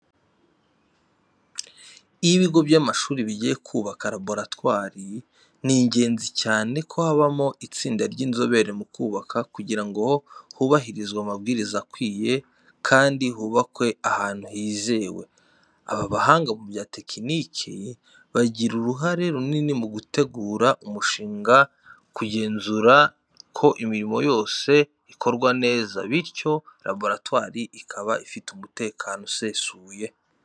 Iyo ibigo by’amashuri bigiye kubaka laboratwari, ni ingenzi cyane ko habaho itsinda ry’inzobere mu kubaka kugira ngo hubahirizwe amabwiriza akwiye kandi hubakwe ahantu hizewe. Aba bahanga mu bya tekiniki bagira uruhare runini mu gutegura umushinga no kugenzura ko imirimo yose ikorwa neza, bityo laboratwari ikaba ifite umutekano usesuye.